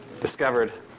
discovered